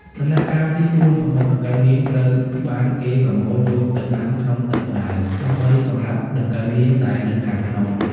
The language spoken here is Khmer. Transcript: ដំណាក់កាលទី៤ សំបុកដង្កូវនាងត្រូវបានគេប្រមូលយកទៅដាំក្នុងទឹកក្តៅដើម្បីសម្លាប់ដង្កូវនាងដែលនៅខាងក្នុង។